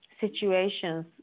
situations